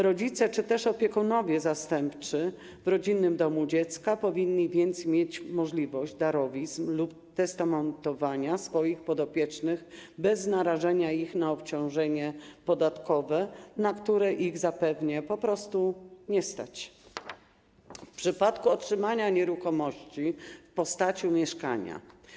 Rodzice czy też opiekunowie zastępczy w rodzinnym domu dziecka powinni więc mieć możliwość darowizn lub testamentowania swoich podopiecznych bez narażania ich na obciążenia podatkowe, na które ich zapewne po prostu nie stać np. w przypadku otrzymania nieruchomości w postaci mieszkania.